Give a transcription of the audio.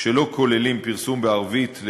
שלא כוללים פרסום בערבית,